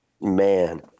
Man